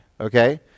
okay